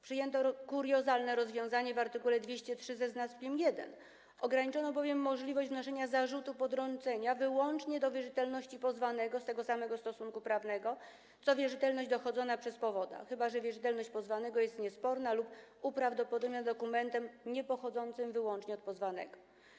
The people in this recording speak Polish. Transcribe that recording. Przyjęto kuriozalne rozwiązanie w art. 203, ograniczono bowiem możliwość wnoszenia zarzutu potrącenia wyłącznie do wierzytelności pozwanego z tego samego stosunku prawnego, co wierzytelność dochodzona przez powoda, chyba że wierzytelność pozwanego jest niesporna lub uprawdopodobnia dokumentem niepochodzącym wyłącznie od pozwanego.